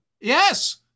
Yes